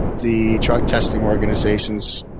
the drug testing organizations